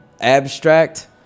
abstract